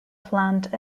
plant